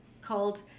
called